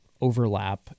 overlap